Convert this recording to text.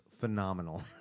phenomenal